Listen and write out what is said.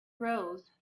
rose